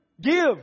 Give